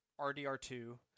RDR2